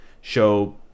show –